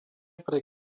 pre